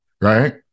right